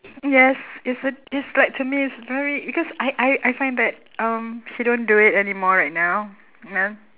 yes it's a it's like to me it's very because I I I find that um she don't do it anymore right now then